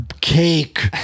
cake